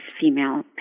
female